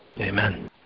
Amen